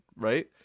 right